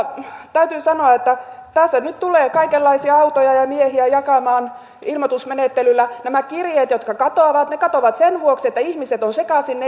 täytyy sanoa että tässä nyt tulee kaikenlaisia autoja ja miehiä jakamaan ilmoitusmenettelyllä nämä kirjeet jotka katoavat ne katoavat sen vuoksi että ihmiset ovat sekaisin